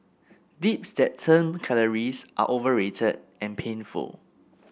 dips that turn calories are overrated and painful